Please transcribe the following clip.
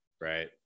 right